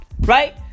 Right